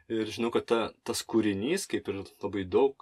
ir žinau kad ta tas kūrinys kaip ir labai daug